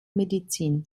medizin